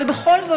אבל בכל זאת,